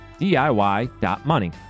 DIY.money